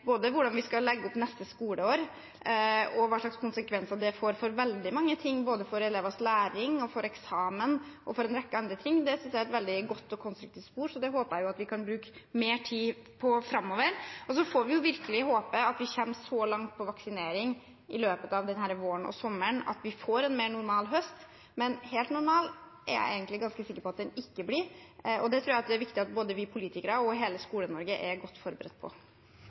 både hvordan vi skal legge opp neste skoleår og hva slags konsekvenser det får for veldig mange ting – både for elevers læring, for eksamen og for en rekke andre ting – synes jeg er et veldig godt og konstruktivt spor. Det håper jeg vi kan bruke mer tid på framover. Så får vi virkelig håpe at vi kommer så langt med vaksinering i løpet av denne våren og sommeren, at vi får en mer normal høst. Men helt normal er jeg egentlig ganske sikker på at den ikke blir, og det tror jeg det er viktig at både vi politikere og hele Skole-Norge er godt forberedt på.